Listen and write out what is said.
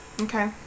Okay